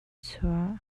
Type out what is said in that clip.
chuah